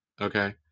okay